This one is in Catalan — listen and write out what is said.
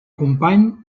company